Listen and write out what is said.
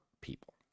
people